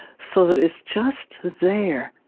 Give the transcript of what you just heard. so that it's just there.